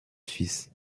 suisse